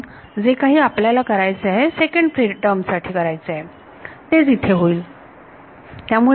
म्हणून जे काही आपल्याला करायचं सेकण्ड टर्म साठी इथे करायचे आहे तेच इथे होईल